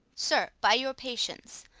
sir, by your patience,